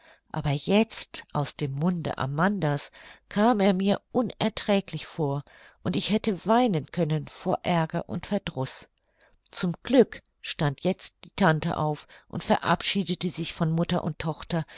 aber jetzt aus dem munde amanda's kam er mir unerträglich vor und ich hätte weinen können vor aerger und verdruß zum glück stand jetzt die tante auf und verabschiedete sich von mutter und tochter